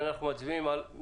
אנחנו אומרים להם: